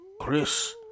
Chris